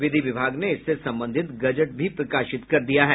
विधि विभाग ने इससे संबंधित गजट भी प्रकाशित कर दिया है